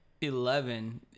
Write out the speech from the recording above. Eleven